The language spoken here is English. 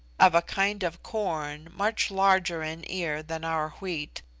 of a kind of corn much larger in ear than our wheat,